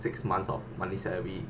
six months of monthly salary